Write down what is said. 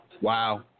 Wow